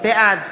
בעד